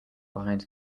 behind